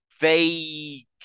vague